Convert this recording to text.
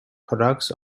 products